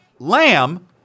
lamb